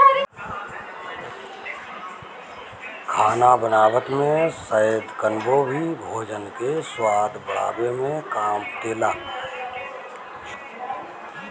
खाना बनावत में शहद कवनो भी भोजन के स्वाद बढ़ावे में काम देला